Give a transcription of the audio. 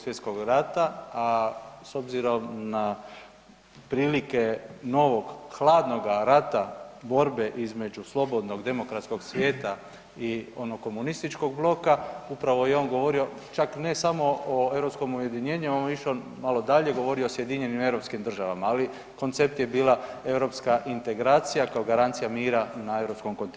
Svjetskog rata, a s obzirom na prilike novog hladnoga rata, borbe između slobodnog demokratskog svijeta i onog komunističkog bloka upravo je i on govorio čak ne samo o europskom ujedinjenju, on je išao malo dalje, govorio je o SAD-u, ali koncept je bila europska integracija kao garancija mira na europskom kontinentu.